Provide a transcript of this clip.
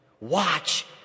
Watch